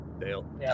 Dale